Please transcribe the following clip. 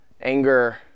anger